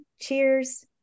Cheers